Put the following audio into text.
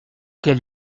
quel